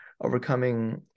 overcoming